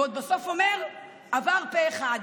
ועוד בסוף אומר: עבר פה אחד.